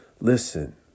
listen